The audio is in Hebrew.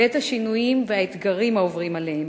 ואת השינויים והאתגרים העוברים עליהם.